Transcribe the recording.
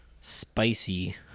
spicy